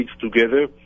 together